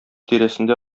тирәсенә